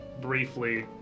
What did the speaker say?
briefly